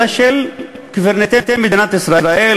אלא של קברניטי מדינת ישראל,